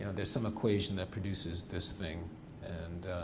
there's some equation that produces this thing and